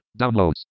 downloads